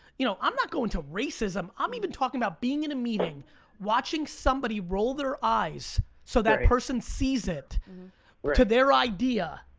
you know i'm not going to racism, i'm even talking about being in a meeting watching somebody roll their eyes so that person sees it to their idea,